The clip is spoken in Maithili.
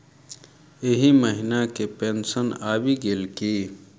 एहि महीना केँ पेंशन आबि गेल की